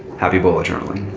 happy bullet journaling.